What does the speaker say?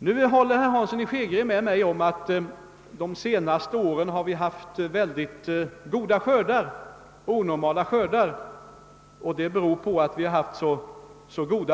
Han håller med om att vi under de senaste åren har haft onormalt goda skördar, eftersom